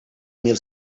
mil